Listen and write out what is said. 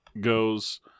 goes